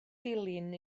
dilin